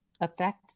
affect